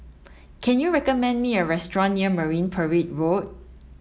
can you recommend me a restaurant near Marine Parade Road